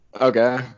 Okay